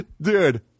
Dude